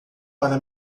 para